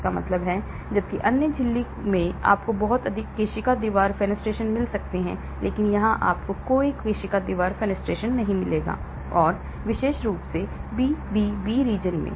इसका मतलब है जबकि अन्य झिल्ली में आपको बहुत अधिक केशिका दीवार फेनस्ट्रेशन मिल सकते हैं लेकिन यहां आपको कोई केशिका दीवार फेनस्ट्रेशन नहीं मिलेगा और विशेष रूप से BBB region में